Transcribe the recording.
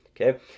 okay